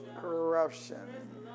corruption